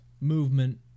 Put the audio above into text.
movement